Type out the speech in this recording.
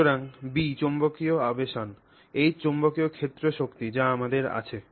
সুতরাং B চৌম্বকীয় আবেশন H চৌম্বকীয় ক্ষেত্র শক্তি যা আমাদের আছে